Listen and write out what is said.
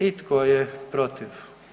I tko je protiv?